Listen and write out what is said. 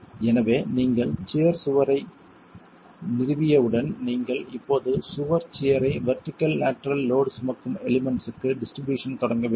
எனவே நீங்கள் சுவர் சியர் ஐ நிறுவியவுடன் நீங்கள் இப்போது சுவர் சியர் ஐ வெர்டிகள் லேட்டரல் லோட் சுமக்கும் எலிமெண்ட்ஸ்க்கு டிஸ்ட்ரிபியூஷன் தொடங்க வேண்டும்